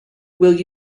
will